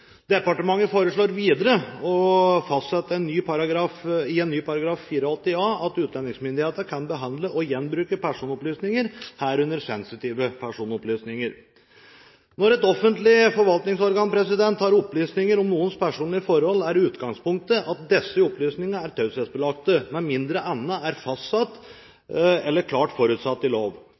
Departementet forslår videre å fastsette i en ny § 84 A at utlendingsmyndighetene kan behandle og gjenbruke personopplysninger, herunder sensitive personopplysninger. Når et offentlig forvaltningsorgan har opplysninger om noens personlige forhold, er utgangspunktet at disse opplysningene er taushetsbelagte, med mindre noe annet er fastsatt eller klart forutsatt i lov.